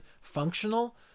functional